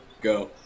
Go